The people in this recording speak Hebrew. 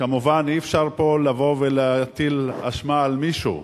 כמובן, אי-אפשר פה לבוא ולהטיל אשמה על מישהו.